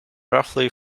roughly